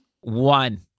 One